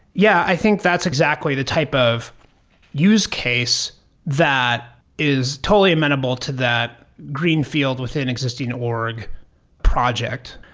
yeah, i think that's exactly the type of use case that is totally amenable to that greenfield within an existing org project.